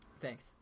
Thanks